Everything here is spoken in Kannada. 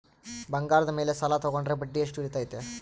ಬಂಗಾರದ ಮೇಲೆ ಸಾಲ ತೋಗೊಂಡ್ರೆ ಬಡ್ಡಿ ಎಷ್ಟು ಇರ್ತೈತೆ?